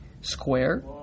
square